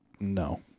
No